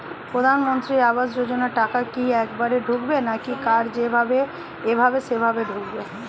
প্রধানমন্ত্রী আবাস যোজনার টাকা কি একবারে ঢুকবে নাকি কার যেভাবে এভাবে সেভাবে ঢুকবে?